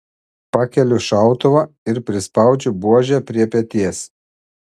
pakeliu šautuvą ir prispaudžiu buožę prie peties